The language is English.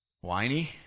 Whiny